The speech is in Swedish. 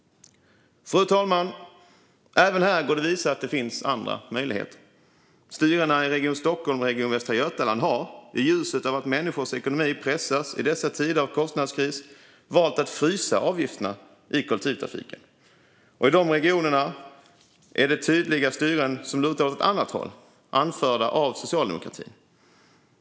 Fru talman! Även här går det att visa att det finns andra möjligheter. Styrena i Region Stockholm och Västra Götalandsregionen har, i ljuset av att människors ekonomi pressas i dessa tider av kostnadskris, valt att frysa avgifterna i kollektivtrafiken. Dessa regioner har styren som tydligt lutar åt ett annat håll, anförda av socialdemokratin.